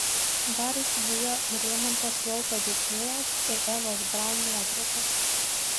dar įsidėjo įrėmintas volto disnėjaus ir evos braun nuotraukas